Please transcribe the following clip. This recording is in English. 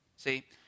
See